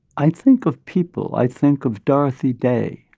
i think of people. i think of dorothy day,